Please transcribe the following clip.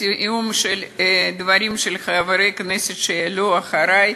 בסיום הדברים של חברי הכנסת שיעלו אחרי,